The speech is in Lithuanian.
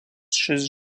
šis